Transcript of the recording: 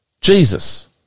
Jesus